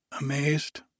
amazed